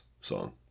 song